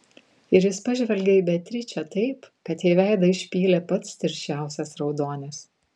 ir jis pažvelgė į beatričę taip kad jai veidą išpylė pats tirščiausias raudonis